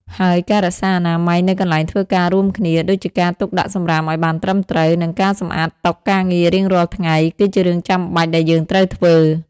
ហើយការរក្សាអនាម័យនៅកន្លែងធ្វើការរួមគ្នា ដូចជាការទុកដាក់សំរាមឲ្យបានត្រឹមត្រូវ និងការសម្អាតតុការងាររៀងរាល់ថ្ងៃ គឺជារឿងចាំបាច់ដែលយើងត្រូវធ្វើ។